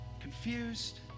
confused